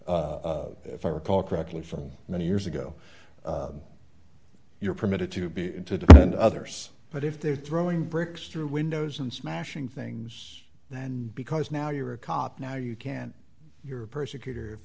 if i recall correctly from many years ago you're permitted to be to defend others but if they're throwing bricks through windows and smashing things then because now you're a cop now you can your persecutor if